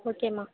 ஓகேம்மா